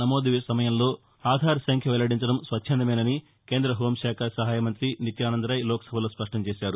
నమోదు సమయంలో ఆధార్ సంఖ్య వెల్లడించడం స్వచ్చందమేనని కేంద్ర హోంశాఖ సహాయ మంత్రి నిత్యానంద రాయ్ లోక్సభలో స్పష్టం చేశారు